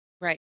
right